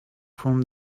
from